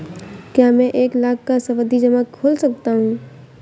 क्या मैं एक लाख का सावधि जमा खोल सकता हूँ?